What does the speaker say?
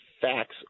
facts